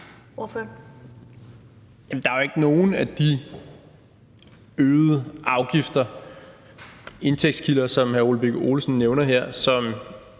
Der er jo ikke nogen af de øgede afgifter, indtægtskilder, som hr. Ole Birk Olesen nævner her, som